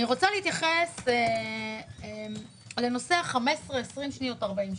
אני רוצה להתייחס לנושא 15, 20, 40 שניות.